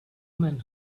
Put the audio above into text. men